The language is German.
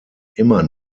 immer